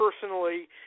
personally